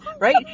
right